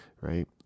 right